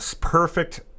perfect